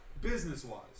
business-wise